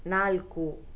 ನಾಲ್ಕು